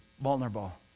vulnerable